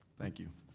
thank you,